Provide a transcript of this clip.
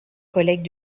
collègues